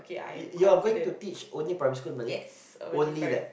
you you are going to teach only primary school Malay only that